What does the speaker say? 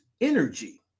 energy